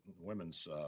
women's